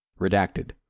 Redacted